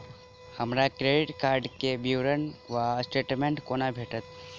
हमरा credit card केँ विवरण वा स्टेटमेंट कोना भेटत?